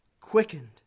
Quickened